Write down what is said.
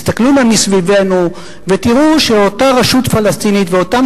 יסתכלו נא מסביבנו ויראו שאותה רשות פלסטינית ואותם